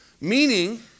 Meaning